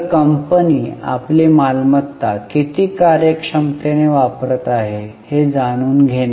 तर कंपनी आपली मालमत्ता किती कार्यक्षमतेने वापरत आहे हे जाणून घेणे